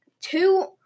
two